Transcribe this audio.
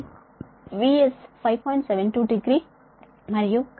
72 degree మరియు current కోణం IS కోణం 10